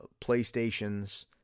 PlayStations